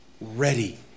Ready